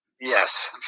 Yes